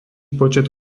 počet